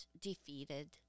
defeated